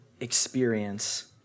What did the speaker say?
experience